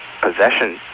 possession